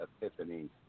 Epiphany